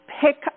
pick